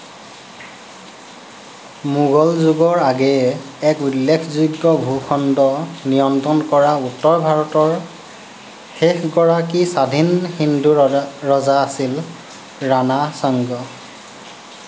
মোগল যুগৰ আগেয়ে এক উল্লেখযোগ্য ভূখণ্ড নিয়ন্ত্ৰণ কৰা উত্তৰ ভাৰতৰ শেষগৰাকী স্বাধীন হিন্দু ৰজা আছিল ৰাণা সাংগ